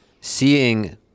seeing